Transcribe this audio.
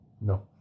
no